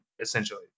essentially